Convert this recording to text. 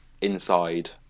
inside